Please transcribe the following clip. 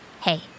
Hey